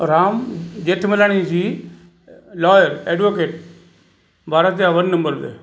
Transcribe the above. Ram Jethmalani ji lawyer advocate Bharat जा one number ते